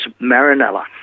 Marinella